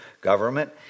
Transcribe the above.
government